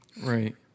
Right